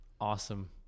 awesome